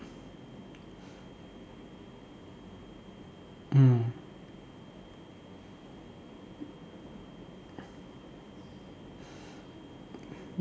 mm